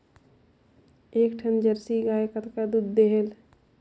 एक ठन जरसी गाय कतका दूध देहेल?